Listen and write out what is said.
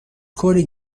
کلی